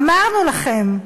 אמרנו לכם.